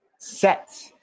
set